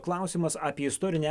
klausimas apie istorinę